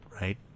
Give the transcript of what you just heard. Right